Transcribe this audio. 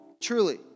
Truly